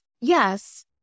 Yes